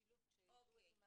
בשילוב כשיידעו איזו מערכת.